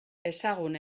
ezagun